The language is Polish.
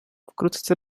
wkrótce